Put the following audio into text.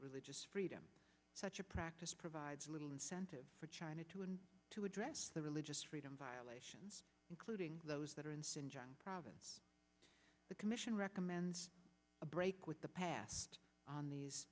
religious freedom such a practice provides little incentive for china to and to address the religious freedom violations including those that are insane john province the commission recommends a break with the past on these